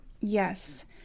Yes